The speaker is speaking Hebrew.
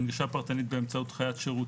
דיאנה בארון עו"ד ראש תחום חינוך,